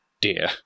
dear